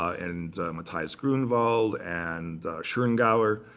and matthias grunewald, and schongauer,